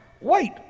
wait